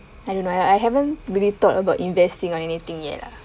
I don't know I I haven't really thought about investing on anything yet lah